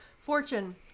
fortune